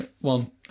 one